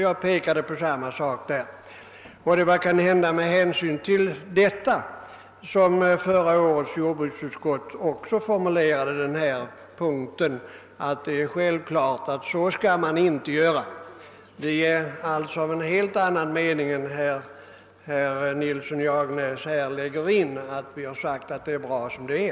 Det kanske var med hänsyn till den debatten som förra årets jordbruksutskott formulerade meningen att det är självklart att man inte skall bebygga högvärdig jordbruksjord. Vi har alltså en helt annan mening än herr Nilsson i Agnäs påstår när han förklarar att vi har sagt att allt är bra som det är.